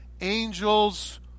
angels